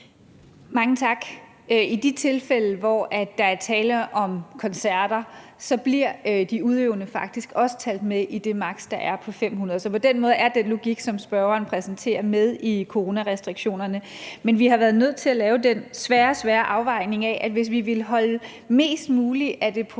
Mange tak. I de tilfælde, hvor der er tale om koncerter, bliver de udøvende faktisk også talt med i det maks., der er på 500, så på den måde er den logik, som spørgeren præsenterer, med i coronarestriktionerne. Men vi har været nødt til at foretage den svære, svære afvejning af tingene, der er sket, hvis vi ville holde mest muligt af det professionelle